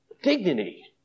Dignity